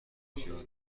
پیاده